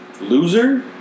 Loser